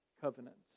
covenants